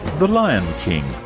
the lion king,